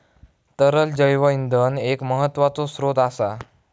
तरल जैव इंधन एक महत्त्वाचो स्त्रोत असा